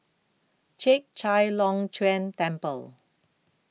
Chek Chai Long Chuen Temple